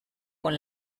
con